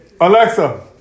Alexa